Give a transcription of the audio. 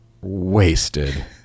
wasted